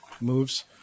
moves